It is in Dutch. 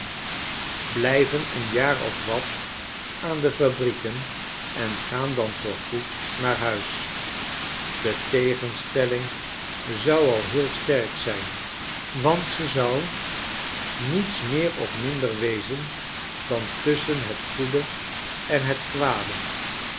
blijven een jaar of wat aan de fabrieken en gaan dan voorgoed naar huis de tegenstelling zou al heel sterk zijn want ze zou niets meer of minder wezen dan tusschen het goede en het kwade